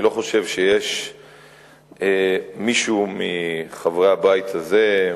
אני לא חושב שיש מישהו מחברי הבית הזה,